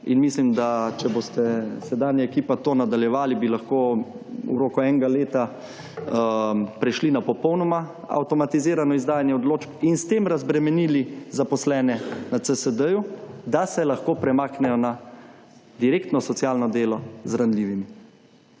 in mislim, da če boste sedanja ekipa to nadaljevali, bi lahko v roku enega leta prešli na popolnoma avtomatiziranje izdajanje odločb in s tem razbremenili zaposlene na CSD-ju, a se lahko premaknejo na direktno socialno delo z ranljivimi.